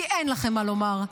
כי אין לכם מה לומר.